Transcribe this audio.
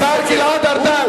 השר גלעד ארדן,